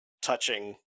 touching